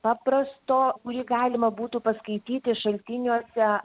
paprasto kurį galima būtų paskaityti šaltiniuose